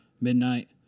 midnight